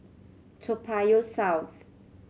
Toa Payoh South